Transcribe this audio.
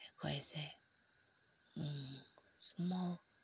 ꯑꯩꯈꯣꯏꯁꯦ ꯏꯁꯃꯣꯜ